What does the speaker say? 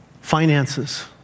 Finances